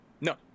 No